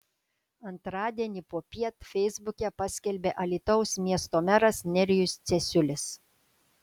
antradienį popiet feisbuke paskelbė alytaus miesto meras nerijus cesiulis